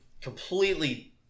completely